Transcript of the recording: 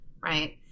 Right